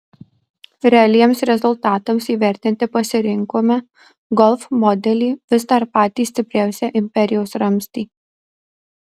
realiems rezultatams įvertinti pasirinkome golf modelį vis dar patį stipriausią imperijos ramstį